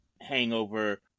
hangover